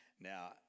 Now